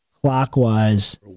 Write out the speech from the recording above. clockwise